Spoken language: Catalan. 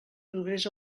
progrés